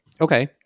Okay